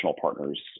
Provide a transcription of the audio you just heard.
partners